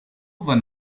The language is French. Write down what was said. von